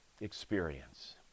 experience